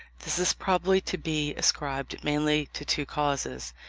this is probably to be ascribed mainly to two causes.